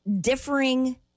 differing